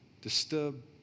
disturb